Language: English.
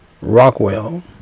Rockwell